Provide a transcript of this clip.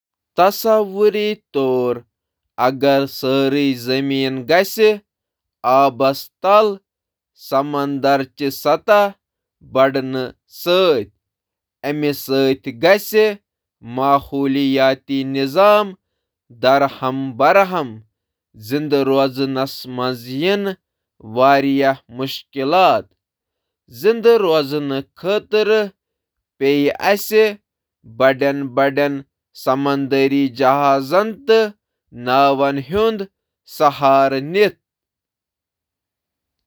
تصور کٔرِو زِ اگر سطح سمندر کہِ وجہ سۭتۍ زمین آبس تل آسہِ تہٕ تمام نظام گٔیہٕ تباہ۔ اسہِ چھِ زِنٛدٕ روزنہٕ خٲطرٕ بٔڑٮ۪ن ہاؤس بوٹن ہٕنٛز ضروٗرت۔